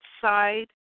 side